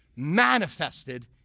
manifested